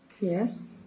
Yes